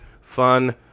fun